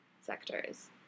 sectors